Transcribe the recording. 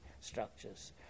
structures